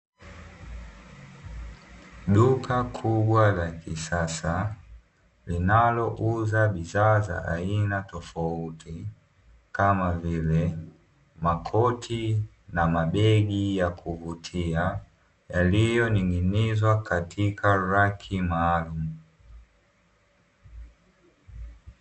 Duka kubwa la kisasa linalouza bidhaa za aina tofauti kama vile makoti na mabegi ya kuvutia, yaliyoning’inizwa katika raki maalumu.